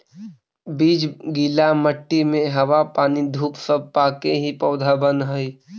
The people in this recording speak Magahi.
बीज गीला मट्टी में हवा पानी धूप सब पाके ही पौधा बनऽ हइ